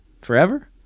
forever